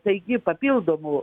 taigi papildomų